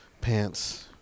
Pants